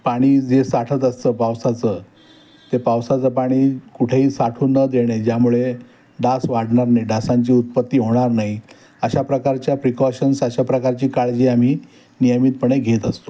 पाणी जे साठत असतं पावसाचं ते पावसाचं पाणी कुठेही साठू न देणे ज्यामुळे डास वाढणार नाही डासांची उत्पत्ती होणार नाही अशा प्रकारच्या प्रिकॉशन्स अशा प्रकारची काळजी आम्ही नियमितपणे घेत असतो